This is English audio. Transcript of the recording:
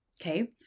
Okay